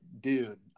dude